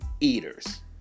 eaters